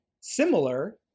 similar